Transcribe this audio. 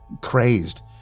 crazed